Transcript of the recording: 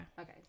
Okay